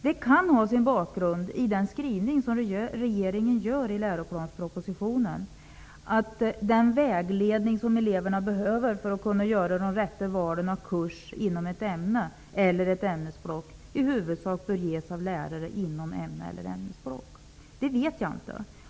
Det kan ha sin bakgrund i den skrivning som regeringen gör i läroplanspropositionen, nämligen: den vägledning som eleverna behöver för att kunna göra de rätta valen av kurs inom ett ämne eller ett ämnesblock i huvudsak bör ges av lärare inom ämnet eller ämnesblocket. Jag vet inte om det är så.